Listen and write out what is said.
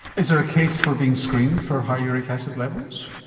is there a case for being screened for high uric acid levels?